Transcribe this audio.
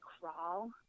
crawl